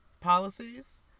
policies